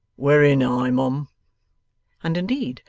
wery nigh, mum and indeed,